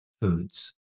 foods